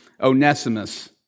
Onesimus